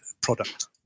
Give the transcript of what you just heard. product